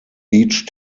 each